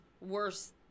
worse